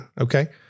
okay